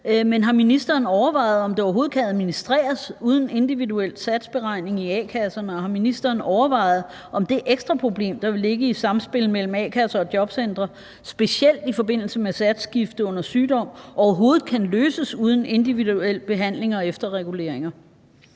Men har ministeren overvejet, om det overhovedet kan administreres uden individuel satsberegning i a-kasserne? Og har ministeren overvejet, om det ekstra problem, der vil ligge i samspillet mellem a-kasser og jobcentre, specielt i forbindelse med satsskifte under sygdom, overhovedet kan løses uden individuel behandling og efterreguleringer?